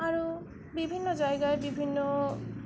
আর বিভিন্ন জায়গায় বিভিন্ন